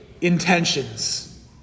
intentions